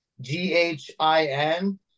G-H-I-N